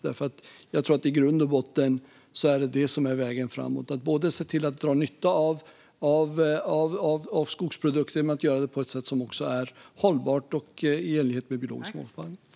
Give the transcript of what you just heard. I grund och botten är det vägen framåt att dra nytta av skogsprodukter på ett sätt som också är hållbart och i enlighet med biologisk mångfald.